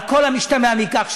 על כל המשתמע מכך,